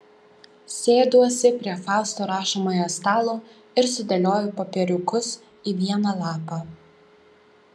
sėduosi prie fausto rašomojo stalo ir sudėlioju popieriukus į vieną lapą